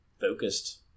focused